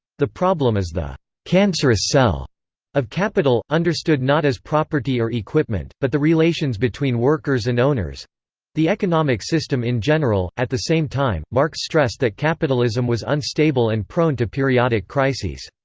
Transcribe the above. the problem is the cancerous cell of capital, understood not as property or equipment, but the relations between workers and owners the economic system in general at the same time, marx stressed that capitalism was unstable and prone to periodic crises.